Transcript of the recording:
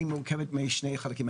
היא מורכבת משני חלקים.